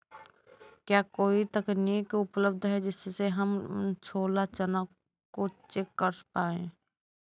क्या कोई तकनीक उपलब्ध है जिससे हम छोला चना को चेक कर पाए?